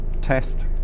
test